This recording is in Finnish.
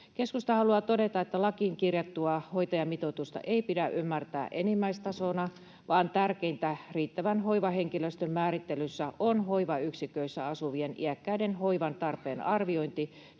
Keskusta haluaa todeta, että lakiin kirjattua hoitajamitoitusta ei pidä ymmärtää enimmäistasona, vaan tärkeintä riittävän hoivahenkilöstön määrittelyssä on hoivayksiköissä asuvien iäkkäiden hoivan tarpeen arviointi,